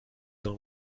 dans